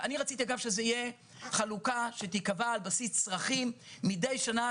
אני רציתי שזאת תהיה חלוקה שתיקבע על בסיס צרכים מדי שנה,